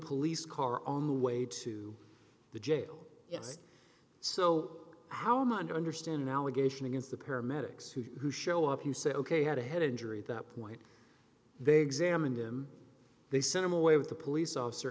police car on the way to the jail yes so how much understand an allegation against the paramedics who who show up you say ok had a head injury at that point they examined him they sent him away with the police officer